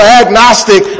agnostic